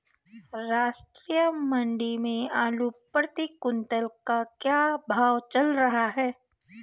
राष्ट्रीय मंडी में आलू प्रति कुन्तल का क्या भाव चल रहा है?